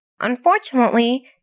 Unfortunately